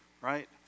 right